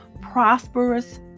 prosperous